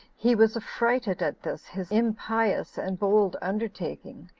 he was affrighted at this his impious and bold undertaking,